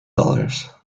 dollars